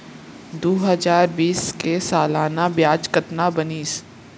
दू हजार बीस के सालाना ब्याज कतना बनिस?